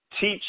teach